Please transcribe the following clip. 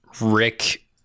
Rick